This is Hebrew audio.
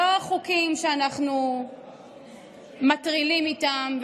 הם לא חוקים שאנחנו מטרילים איתם,